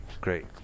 great